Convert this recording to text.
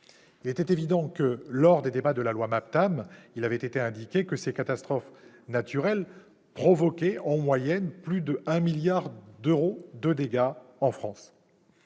touchées. Lors des débats de la loi MAPTAM, il avait été indiqué que ces catastrophes naturelles provoquaient en moyenne plus de 1 milliard d'euros de dégâts en France.